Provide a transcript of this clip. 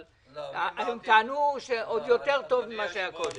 אבל הם טענו שהמצב כעת עוד יותר טוב ממה שהיה קודם.